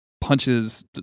punches